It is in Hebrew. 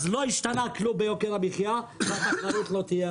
אז לא השתנה כלום ביוקר המחיה והתחרות לא תהיה,